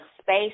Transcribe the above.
space